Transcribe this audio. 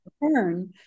return